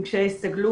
עם קשיי הסתגלות,